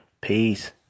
Peace